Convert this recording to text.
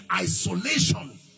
isolation